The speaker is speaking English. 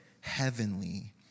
heavenly